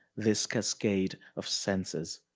this cascade of senses.